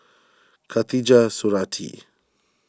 Khatijah Surattee